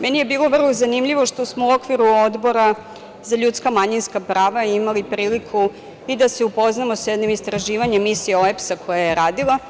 Meni je bilo vrlo zanimljivo što smo u okviru Odbora za ljudska i manjinska prava imali priliku da se upoznamo sa jednim istraživanjem Misije OEBS-a, koja je radila.